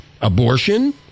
abortion